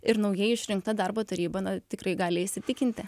ir naujai išrinkta darbo taryba na tikrai gali įsitikinti